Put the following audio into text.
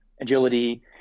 agility